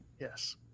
Yes